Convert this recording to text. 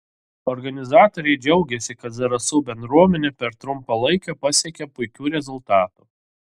organizatoriai džiaugėsi kad zarasų bendruomenė per trumpą laiką pasiekė puikių rezultatų